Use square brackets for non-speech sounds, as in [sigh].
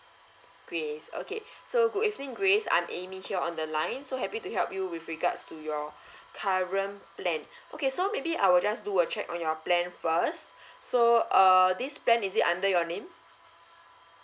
grace okay [breath] so okay so good evening grace I'm amy here on the line so happy to help you with regards to your [breath] current plan [breath] okay so maybe I will just do a check on your plan first [breath] so err this plan is it under your name